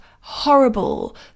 horrible